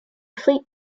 fleet